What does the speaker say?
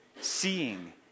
Seeing